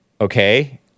Okay